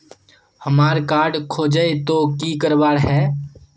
हमार कार्ड खोजेई तो की करवार है?